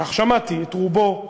שמעתי את רובו,